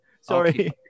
sorry